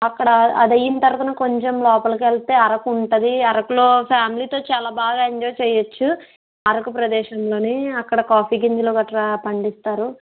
అక్కడ అది అయిన తర్వాత కొంచెం లోపలికి వెళ్తే అరకు ఉంటుంది అరకులో ఫామిలీతో చాలా బాగా ఎంజాయ్ చేయొచ్చు అరకు ప్రదేశంలోని అక్కడ కాఫీ గింజలు గట్రా పండిస్తారు